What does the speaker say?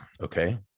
Okay